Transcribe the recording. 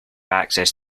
access